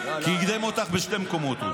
קידם אותך בשני מקומות.